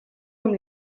von